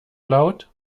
laut